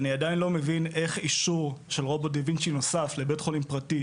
אני עדיין לא מבין איך אישור של רובוט דה וינצ'י נוסף לבית חולים פרטי,